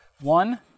one